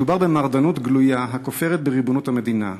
מדובר במרדנות גלויה, הכופרת בריבונות המדינה.